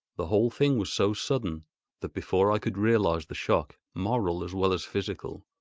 the whole thing was so sudden that, before i could realise the shock, moral as well as physical,